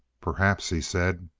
perhaps, he said.